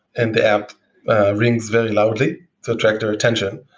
and the app rings very loudly to attract their attention,